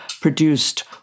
produced